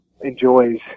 enjoys